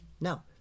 No